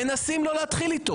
ומנסים עכשיו שלא להתחיל עם הדיון.